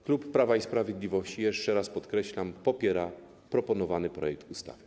Klub Prawa i Sprawiedliwości, jeszcze raz podkreślam, popiera proponowany projekt ustawy.